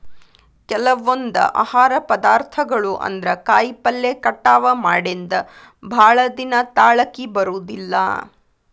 ಕೆಲವೊಂದ ಆಹಾರ ಪದಾರ್ಥಗಳು ಅಂದ್ರ ಕಾಯಿಪಲ್ಲೆ ಕಟಾವ ಮಾಡಿಂದ ಭಾಳದಿನಾ ತಾಳಕಿ ಬರುದಿಲ್ಲಾ